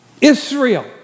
Israel